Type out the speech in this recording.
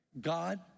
God